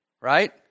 right